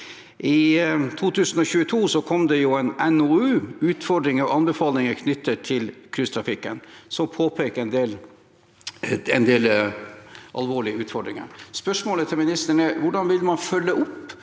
I 2022 kom det en NOU om utfordringer og anbefalinger knyttet til cruisetrafikken, som påpeker en del alvorlige utfordringer. Spørsmålet til ministeren er: Hvordan vil man følge opp